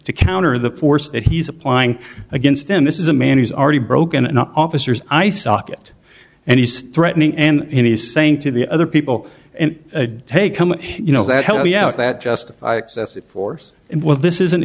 to counter the force that he's applying against him this is a man who's already broken up officers i socket and he's threatening and he's saying to the other people and they come you know that help me out that justify excessive force and well this isn't